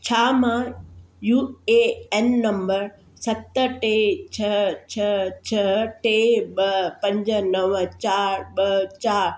छा मां U A N number सत टे छह छह छह टे ॿ पंज नव चार ॿ चार